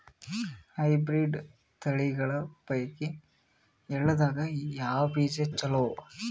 Hybrid ತಳಿಗಳ ಪೈಕಿ ಎಳ್ಳ ದಾಗ ಯಾವ ಬೀಜ ಚಲೋ?